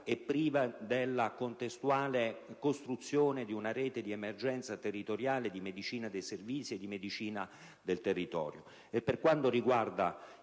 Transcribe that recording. è priva della contestuale costruzione di una rete di emergenza territoriale di medicina dei servizi e di medicina del territorio. E per quanto riguarda